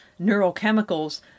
neurochemicals